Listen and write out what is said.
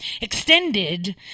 extended